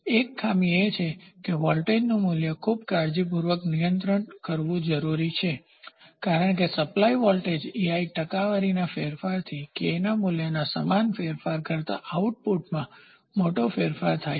એક ખામી એ છે કે વોલ્ટેજનું ખૂબ કાળજીપૂર્વક નિયંત્રણ કરવું જરૂરી છે કારણ કે સપ્લાય વોલ્ટેજ ei ટકાવારીના ફેરફારથી k ના મૂલ્યમાં સમાન ફેરફાર કરતા આઉટપુટમાં મોટો ફેરફાર થાય છે